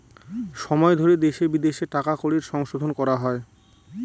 সময় ধরে দেশে বিদেশে টাকা কড়ির সংশোধন করা হয়